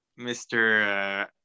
Mr